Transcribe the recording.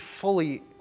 fully